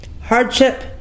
hardship